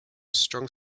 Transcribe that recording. strong